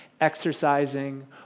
exercising